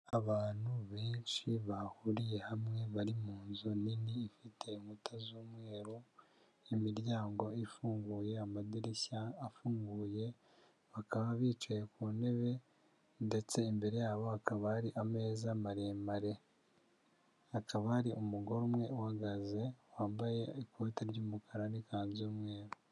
Abantu benshi bahuriye hamwe bari munzu nini ifite inkuta z'umweru, imiryango ifunguye, amadirishya afunguye, bakaba bicaye ku ntebe ndetse imbere yabo hakaba hari ameza maremare. Hakaba hari umugore umwe uhagaze wambaye ikote ry'umukara n'ikanzu y'umweru.